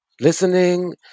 Listening